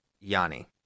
Yanni